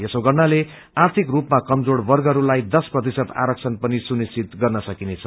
यसो गर्नाले आर्थिक रूपमा कमजोर वर्गहरूलाई दश प्रतिशत् आरक्षण पनि सुनिश्चित गर्न सकिनेछ